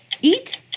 eat